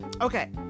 Okay